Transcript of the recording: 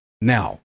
now